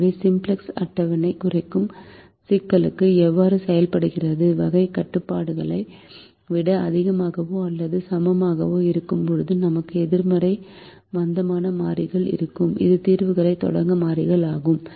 எனவே சிம்ப்ளக்ஸ் அட்டவணை குறைக்கும் சிக்கலுக்கு எவ்வாறு செயல்படுகிறது வகை கட்டுப்பாடுகளை விட அதிகமாகவோ அல்லது சமமாகவோ இருக்கும்போது நமக்கு எதிர்மறை மந்தமான மாறிகள் இருக்கும் இது தீர்வுக்கான தொடக்க மாறிகள் ஆக முடியாது